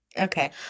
Okay